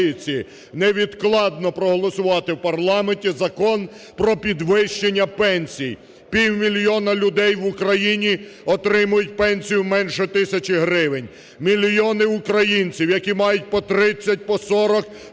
невідкладно проголосувати в парламенті Закон про підвищення пенсій. Півмільйона людей в Україні отримують пенсію менше тисячі гривень. Мільйони українців, які мали по 30, по 40,